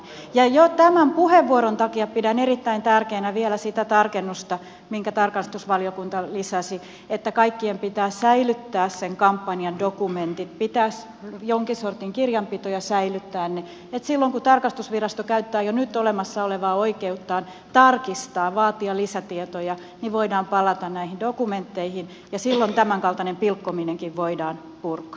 ja jo tämän puheenvuoron takia pidän erittäin tärkeänä vielä sitä tarkennusta minkä tarkastusvaliokunta lisäsi että kaikkien pitää säilyttää sen kampanjan dokumentit pitää jonkin sortin kirjanpitoa ja säilyttää ne että silloin kun tarkastusvirasto käyttää jo nyt olemassa olevaa oikeuttaan tarkistaa vaatia lisätietoja voidaan palata näihin dokumentteihin ja silloin tämänkaltainen pilkkominenkin voidaan purkaa